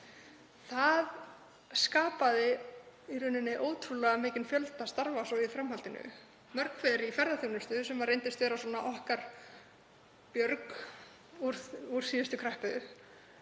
skapaði í raun ótrúlega mikinn fjölda starfa í framhaldinu. Mörg hver voru í ferðaþjónustu sem reyndist vera okkar björg út úr síðustu kreppu.